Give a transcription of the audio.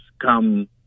come